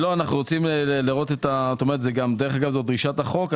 זאת דרישת החוק.